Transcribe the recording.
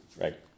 right